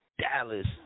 Dallas